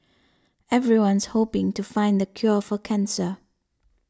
everyone's hoping to find the cure for cancer